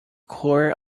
core